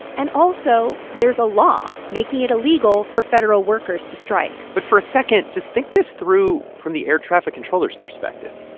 and also, there's a law making it illegal for federal workers to strike but for a second, just think this through from the air traffic controllers' perspective.